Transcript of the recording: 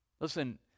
listen